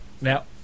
Now